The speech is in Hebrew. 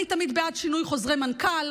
אני תמיד בעד שינוי חוזרי מנכ"ל,